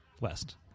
west